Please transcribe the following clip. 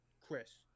Chris